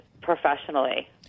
professionally